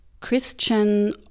Christian